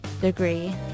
degree